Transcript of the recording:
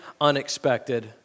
unexpected